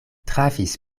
trafis